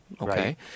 okay